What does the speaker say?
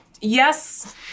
Yes